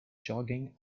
jogging